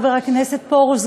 חבר הכנסת פרוש,